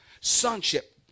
sonship